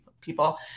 people